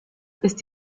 ist